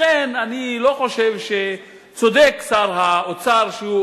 לכן אני לא חושב שצודק שר האוצר כשהוא